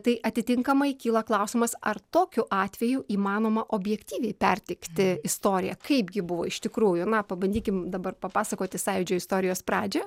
tai atitinkamai kyla klausimas ar tokiu atveju įmanoma objektyviai perteikti istoriją kaipgi buvo iš tikrųjų na pabandykim dabar papasakoti sąjūdžio istorijos pradžią